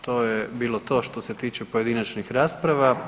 To je bilo to što se tiče pojedinačnih rasprava.